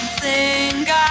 sing